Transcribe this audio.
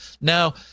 Now